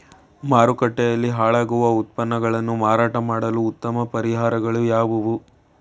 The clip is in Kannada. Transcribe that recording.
ಮಾರುಕಟ್ಟೆಯಲ್ಲಿ ಹಾಳಾಗುವ ಉತ್ಪನ್ನಗಳನ್ನು ಮಾರಾಟ ಮಾಡಲು ಉತ್ತಮ ಪರಿಹಾರಗಳು ಯಾವುವು?